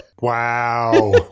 Wow